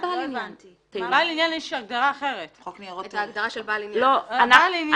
בהגדרה של תאגיד זר, אנחנו אומרים בעל שליטה.